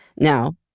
Now